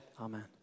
Amen